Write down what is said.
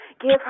give